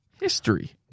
history